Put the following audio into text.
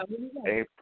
April